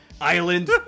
island